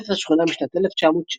שירת את השכונה משנת 1925,